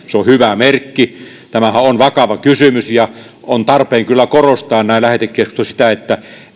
hyvä merkki tämähän on vakava kysymys ja on tarpeen kyllä korostaa näin lähetekeskustelussa sitä että